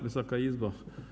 Wysoka Izbo!